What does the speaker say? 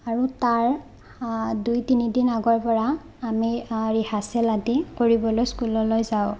আৰু তাৰ দুই তিনিদিন আগৰ পৰা আমি ৰিহাচেল আদি কৰিবলৈ স্কুললৈ যাওঁ